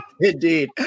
Indeed